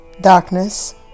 darkness